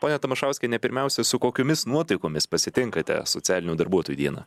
ponia tamašauskiene pirmiausia su kokiomis nuotaikomis pasitinkate socialinių darbuotojų dieną